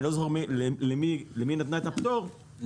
אני לא זוכר למי היא נתנה את הפטור לבנקים,